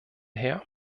her